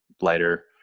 lighter